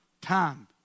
time